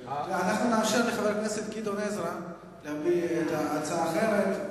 נאפשר לחבר הכנסת גדעון עזרא להביא הצעה אחרת.